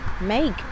make